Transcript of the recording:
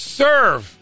serve